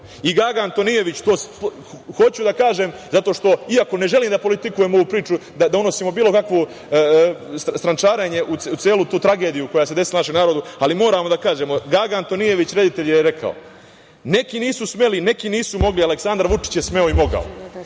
da govorimo. Hoću da kažem zato što iako ne želim da politizujem ovu priču, da unosim bilo kakvo strančarenje u celu tragediju koja se desila našem narodu, ali moram da kažem, Gaga Antonijević reditelj je rekao – neki nisu smeli, neki nisu mogli, Aleksandar Vučić je smeo i mogao.